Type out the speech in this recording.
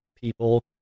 people